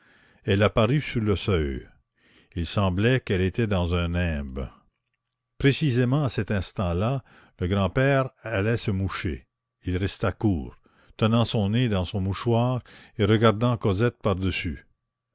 elle apparut sur le seuil il semblait qu'elle était dans un nimbe précisément à cet instant-là le grand-père allait se moucher il resta court tenant son nez dans son mouchoir et regardant cosette par-dessus